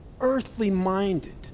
earthly-minded